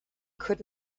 could